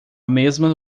mesma